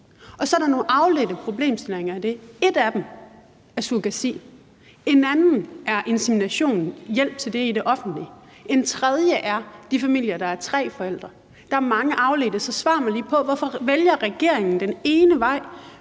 Så er der nogle afledte problemstillinger af det. En af dem er surrogati, en anden er hjælp til insemination i det offentlige, en tredje er de familier, hvor der er tre forældre. Der er mange afledte problemstillinger, så svar mig lige på, hvorfor regeringen vælger kun den ene vej